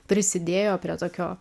prisidėjo prie tokio